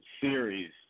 series